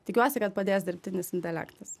tikiuosi kad padės dirbtinis intelektas